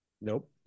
Nope